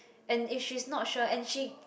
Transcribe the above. and if she's not sure and she